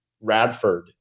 Radford